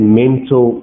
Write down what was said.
mental